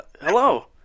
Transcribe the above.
Hello